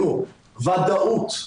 ודאות.